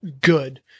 good